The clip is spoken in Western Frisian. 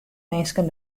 minsken